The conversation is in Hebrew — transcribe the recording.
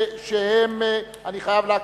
הכנסת שהם, אני חייב להקריא: